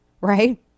right